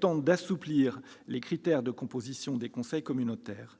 tentent d'assouplir les critères de composition des conseils communautaires.